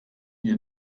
ihr